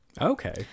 Okay